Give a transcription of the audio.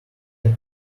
had